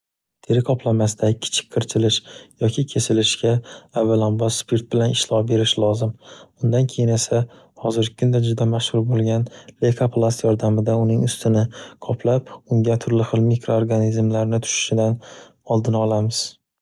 Tirik qoplanmasidagi kichik kirchilish yoki kesilishga avvalambo spirt bilan ishlov berish lozim, undan keyin esa, hozirgi kunda juda mashhur bo'lgan lekoplast yordamida uning ustini qoplab, unga turli xil mikroorganizmlarni tushishidan oldina olamiz.